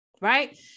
right